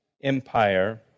empire